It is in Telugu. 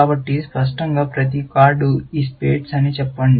కాబట్టి స్పష్టంగా ప్రతి కార్డు ఇది స్పెడ్స్ అని చెప్పండి